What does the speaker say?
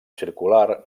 circular